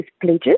pledges